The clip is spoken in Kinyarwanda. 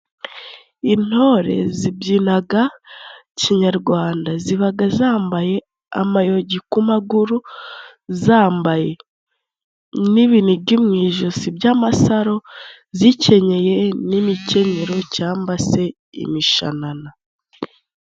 Intore zibyinaga kinyarwanda， zibaga zambaye amayogi ku maguru， zambaye n'ibinigi mu ijosi by'amasaro， zikenyeye n'imikenyero cyangwa se imishanana.